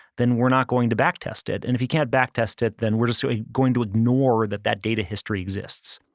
then we're not going to back test it. and if he can't back test it, then we're just so going to ignore that that data history exists.